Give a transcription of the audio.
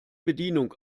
bedienung